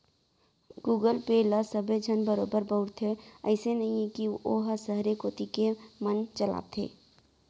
Google Pay ल सबे झन बरोबर बउरथे, अइसे नइये कि वोला सहरे कोती के मन चलाथें